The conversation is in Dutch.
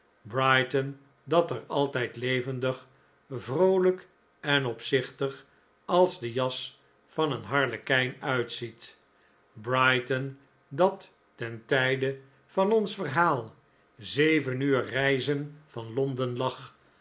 brighton dat er altijd levendig vroolijk en opzichtig als de jas van een harlekijn uitziet brighton dat ten tijde van ons verhaal zeven uur reizen van londen lag